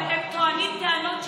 אבל הם טוענים טענות שקריות.